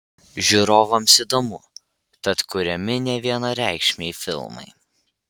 žiūrovams įdomu tad kuriami nevienareikšmiai filmai